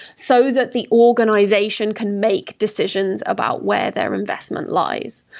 so that the organization can make decisions about where their investment lies.